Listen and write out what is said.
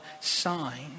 sign